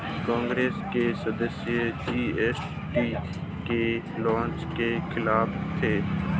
कांग्रेस के सदस्य जी.एस.टी के लॉन्च के खिलाफ थे